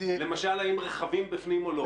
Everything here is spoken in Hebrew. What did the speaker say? למשל, האם רכבים בפנים או לא?